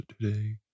today